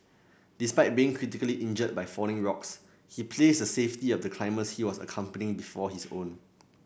despite being critically injured by falling rocks he placed a safety of the climber he was accompanying before his own